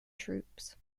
troops